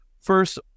first